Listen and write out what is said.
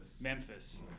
Memphis